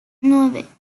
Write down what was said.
nueve